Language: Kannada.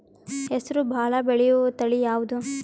ಹೆಸರು ಭಾಳ ಬೆಳೆಯುವತಳಿ ಯಾವದು?